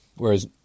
Whereas